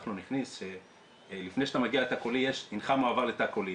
כחלון הכניס שלפני שאתה מגיע את התא הקולי נאמר 'הנך מועבר לתא קולי'